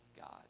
God